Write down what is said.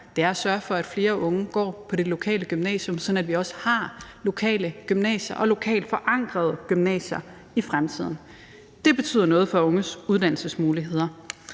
– er at sørge for, at flere unge går på det lokale gymnasium, sådan at vi også har lokale gymnasier og lokalt forankrede gymnasier i fremtiden. Det betyder noget for unges uddannelsesmuligheder.